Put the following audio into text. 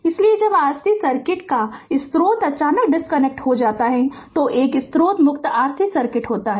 इसलिए जब RC circuit का स्रोत अचानक डिस्कनेक्ट हो जाता है तो एक स्रोत मुक्त RC सर्किट होता है